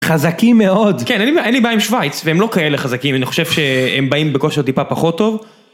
חזקים מאוד. כן אין לי ב- אין לי בעיה עם שווייץ, והם לא כאלה חזקים; אני חושב ש...הם באים בכושר טיפה פחות טוב,